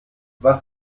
was